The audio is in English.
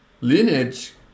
lineage